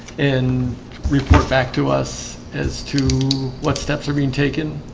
and report back to us as to what steps are being taken.